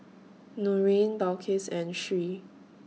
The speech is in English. Nurin Balqis and Sri